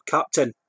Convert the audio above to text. Captain